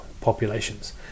populations